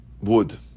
Wood